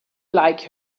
like